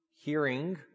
Hearing